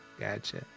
Gotcha